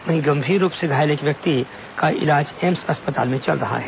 वहीं गंभीर रूप से घायल एक अन्य व्यक्ति का इलाज एम्स अस्पताल में चल रहा है